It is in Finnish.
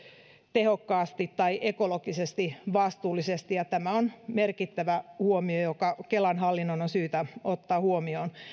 tehokkaasti tai ekologisesti vastuullisesti ja tämä on merkittävä huomio joka kelan hallinnon on syytä ottaa huomioon